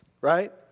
right